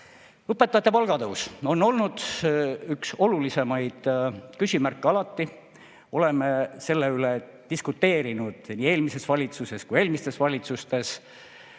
Õpetajate palga tõus on olnud üks olulisemaid küsimärke. Alati oleme selle üle diskuteerinud, nii eelmises valitsuses kui ka eelmistes valitsustes.